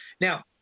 Now